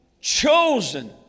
chosen